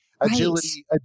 agility